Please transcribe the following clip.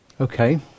Okay